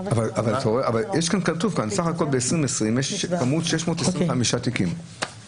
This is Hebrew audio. כתוב כאן ב-2020 שיש 625 תיקים בסך הכול.